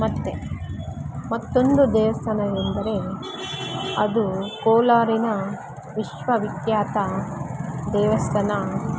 ಮತ್ತೆ ಮತ್ತೊಂದು ದೇವಸ್ಥಾನವೆಂದರೆ ಅದು ಕೋಲಾರಿನ ವಿಶ್ವವಿಖ್ಯಾತ ದೇವಸ್ಥಾನ